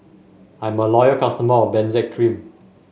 I'm a loyal customer of Benzac Cream